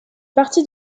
partie